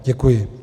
Děkuji.